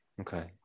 okay